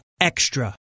Extra